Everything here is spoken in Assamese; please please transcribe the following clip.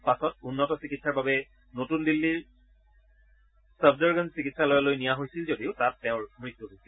পাছত উন্নত চিকিৎসাৰ বাবে নতুন দিল্লীৰ ছফদৰগঞ্জ চিকিৎসালয়লৈ নিয়া হৈছিল যদিও তাত তেওঁৰ মৃত্যু হৈছিল